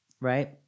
right